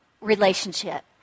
relationship